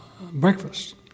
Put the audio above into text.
breakfast